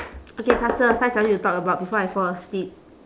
okay faster find something to talk about before I fall asleep